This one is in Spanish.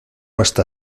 hasta